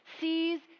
sees